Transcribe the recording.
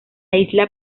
isla